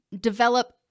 develop